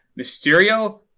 Mysterio